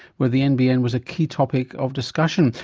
where the nbn was a key topic of discussion.